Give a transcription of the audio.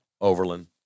Overland